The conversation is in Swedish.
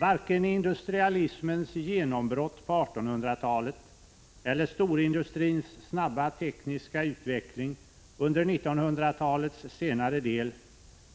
Varken industrialismens genombrott på 1800-talet eller storindustrins snabba tekniska utveckling under 1900-talets senare del